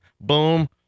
boom